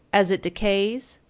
as it decays,